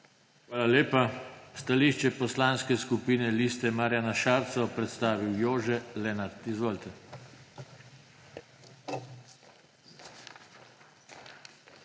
Hvala lepa. Stališče Poslanske skupine Liste Marjana Šarca bo predstavil Jože Lenart. Izvolite.